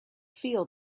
feel